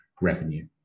revenue